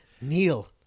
Neil